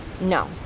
no